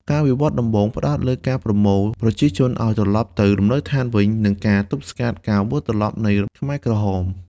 ការវិវត្តដំបូងផ្តោតលើការប្រមូលប្រជាជនឱ្យត្រឡប់ទៅលំនៅឋានវិញ និងការទប់ស្កាត់ការវិលត្រឡប់នៃខ្មែរក្រហម។